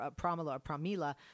Pramila